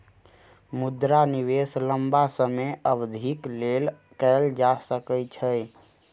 मुद्रा निवेश लम्बा समय अवधिक लेल कएल जा सकै छै